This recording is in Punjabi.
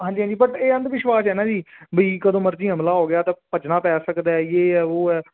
ਹਾਂਜੀ ਹਾਂਜੀ ਬਟ ਇਹ ਅੰਧ ਵਿਸ਼ਵਾਸ ਹੈ ਨਾ ਜੀ ਬਈ ਕਦੋਂ ਮਰਜ਼ੀ ਹਮਲਾ ਹੋ ਗਿਆ ਤਾਂ ਭੱਜਣਾ ਪੈ ਸਕਦਾ ਯੇ ਹੈ ਉਹ ਹੈ